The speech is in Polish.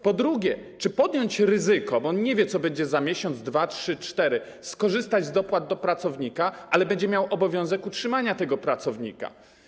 Po drugie, czy podjąć ryzyko - bo on nie wie, co będzie za miesiąc, 2, 3, 4 miesiące - i skorzystać z dopłat do pracownika, ale będzie miał obowiązek utrzymania tego pracownika.